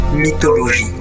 Mythologie